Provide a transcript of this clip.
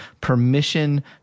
Permission